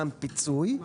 שוב,